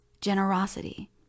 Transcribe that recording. generosity